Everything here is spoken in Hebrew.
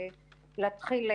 אנחנו נערכים להתחיל,